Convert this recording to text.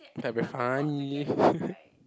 you think I very funny